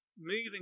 moving